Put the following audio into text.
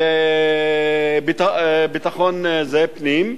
לביטחון פנים,